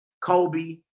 Kobe